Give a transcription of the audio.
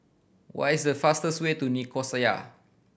what is the fastest way to Nicosia